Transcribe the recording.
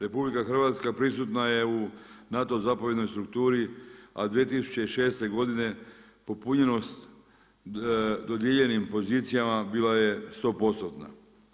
RH, prisutna je u NATO zapovjednoj strukturi, a 2006. godine popunjenost dodijeljenim pozicijama bila je 100%